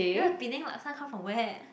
then the Penang Laksa come from where